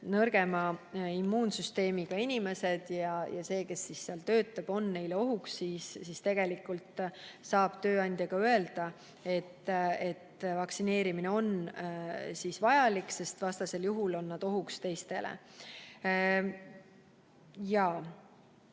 nõrgema immuunsüsteemiga inimesi ja see, kes seal töötab, on neile ohuks, siis tegelikult saab tööandja öelda, et vaktsineerimine on vajalik, sest vastasel juhul on nad teistele ohuks.